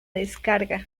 descarga